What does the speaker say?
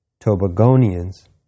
Tobagonians